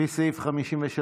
לפי סעיף 53(ה)(2)